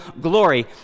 glory